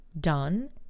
done